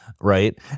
Right